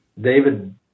David